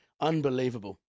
Unbelievable